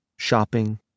Shopping